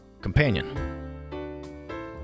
companion